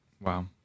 Wow